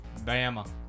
Bama